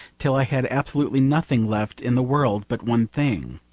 till i had absolutely nothing left in the world but one thing.